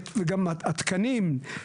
וגם התקנים,